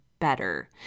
better